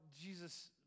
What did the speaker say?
Jesus